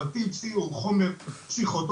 אבל THC הוא חומר פסיכוטומימטי,